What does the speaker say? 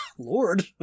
lord